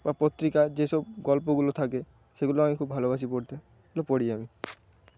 বা পত্রিকা যেসব গল্পগুলো থাকে সেগুলো আমি খুব ভালোবাসি পড়তে সেগুলো পড়ি আমি